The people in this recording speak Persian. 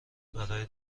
برای